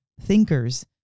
thinkers